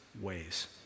ways